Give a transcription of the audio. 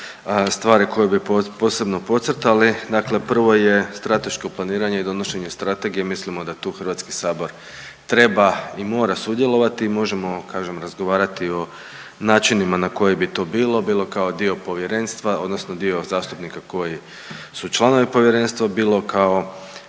stvari koje bi posebno podcrtali. Dakle, prvo je strateško planiranje i donošenje Strategije. Mislimo da tu Hrvatski sabor treba i mora sudjelovati. Možemo kažem razgovarati o načinima na koji bi to bilo, bilo kao dio povjerenstva odnosno dio zastupnika koji su članovi povjerenstva, bilo kao